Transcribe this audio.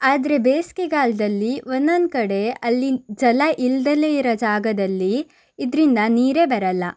ಆದರೆ ಬೇಸಿಗೆಗಾಲದಲ್ಲಿ ಒಂದೊಂದು ಕಡೆ ಅಲ್ಲಿ ಜಲ ಇಲ್ಲದಲೇ ಇರೋ ಜಾಗದಲ್ಲಿ ಇದರಿಂದ ನೀರೇ ಬರಲ್ಲ